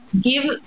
give